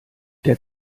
der